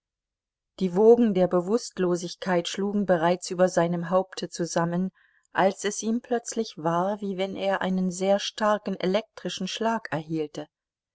die wogen der bewußtlosigkeit schlugen bereits über seinem haupte zusammen als es ihm plötzlich war wie wenn er einen sehr starken elektrischen schlag erhielte